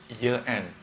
year-end